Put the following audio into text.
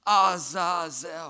Azazel